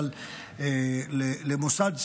אבל מוסד סיעודי,